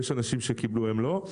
יש אנשים שקיבלו והם לא.